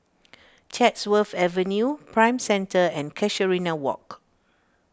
Chatsworth Avenue Prime Centre and Casuarina Walk